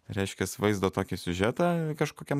reiškias vaizdo tokį siužetą kažkokiam